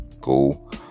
cool